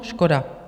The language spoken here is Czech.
Škoda.